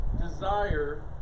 desire